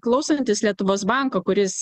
klausantis lietuvos banko kuris